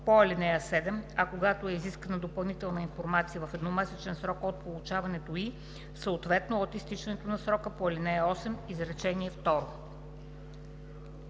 по ал. 7, а когато е изискана допълнителната информация – в едномесечен срок от получаването ѝ, съответно от изтичането на срока по ал. 8, изречение